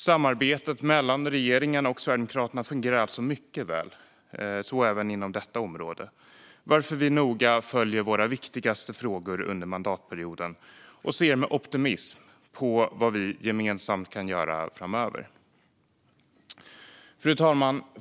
Samarbetet mellan regeringen och Sverigedemokraterna fungerar alltså mycket väl, så även inom detta område, varför vi noga följer våra viktigaste frågor under mandatperioden och ser med optimism på vad regeringen och Sverigedemokraterna gemensamt kan göra framöver. Fru talman!